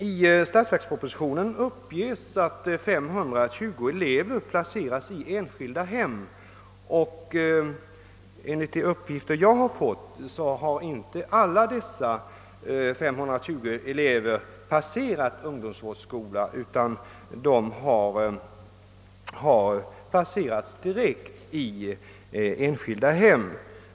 I statsverkspropositionen uppges att 520 elever placerats i enskilda hem, och enligt de uppgifter jag fått har inte alla dessa 520 elever passerat ungdomsvårdsskolan utan placerats direkt i enskilda hem.